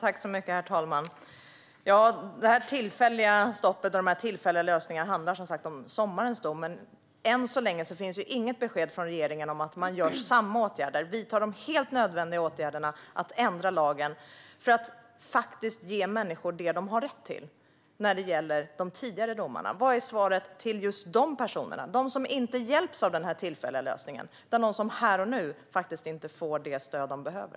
Herr talman! Det här tillfälliga stoppet och de här tillfälliga lösningarna handlar som sagt om sommarens dom, men än så länge finns inget besked från regeringen om att man vidtar samma åtgärder för de andra och genomför helt nödvändiga lagändringar för att ge människor det de har rätt till när det gäller de tidigare domarna. Vilket är svaret till just de personerna, som inte hjälps av den här tillfälliga lösningen utan här och nu faktiskt inte får det stöd de behöver?